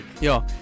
Yo